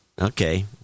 Okay